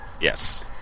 Yes